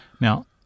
Now